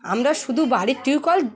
আমরা শুধু বাড়ির টিউবওয়েল